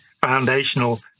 foundational